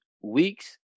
weeks